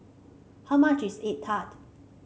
how much is egg tart